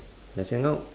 let's hang up